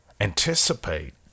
Anticipate